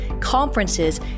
conferences